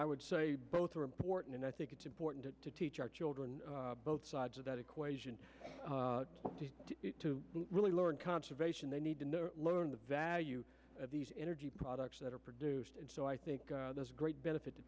i would say both are important and i think it's important to teach our children both sides of that equation to really learn conservation they need to learn the value of these energy products that are produced and so i think there's great benefit t